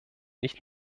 nicht